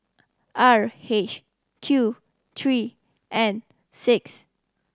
R H Q three N six